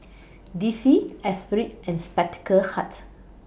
D C Esprit and Spectacle Hut